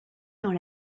dans